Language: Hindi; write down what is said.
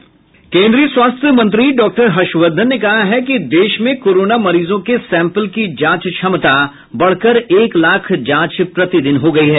केंद्रीय स्वास्थ्य मंत्री डॉक्टर हर्षवर्दधन ने कहा कि देश में कोरोना मरीजों के सैंपल की जांच क्षमता बढ़कर एक लाख जांच प्रतिदिन हो गई है